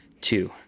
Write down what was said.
two